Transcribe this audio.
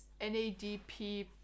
NADP